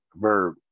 verb